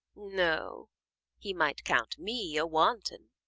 no he might count me a wanton,